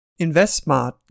InvestSmart